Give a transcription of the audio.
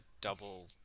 double